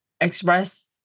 express